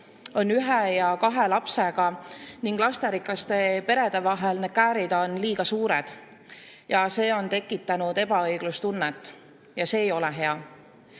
on ühe ja kahe lapsega ning lasterikaste perede vahel, on liiga suured. See on tekitanud ebaõiglustunnet ja see ei ole hea.